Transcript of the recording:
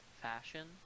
fashion